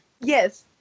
Yes